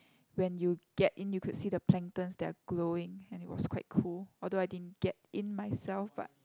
when you get in you could see the planktons that are glowing and it was quite cool although I didn't get in myself but